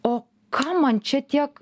o kam man čia tiek